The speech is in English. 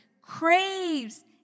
craves